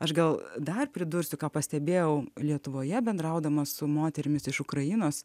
aš gal dar pridursiu ką pastebėjau lietuvoje bendraudamas su moterimis iš ukrainos